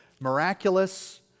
miraculous